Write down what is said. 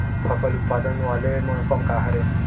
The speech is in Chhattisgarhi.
फसल उत्पादन वाले मौसम का हरे?